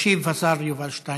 ישיב השר יובל שטייניץ.